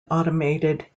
automated